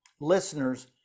listeners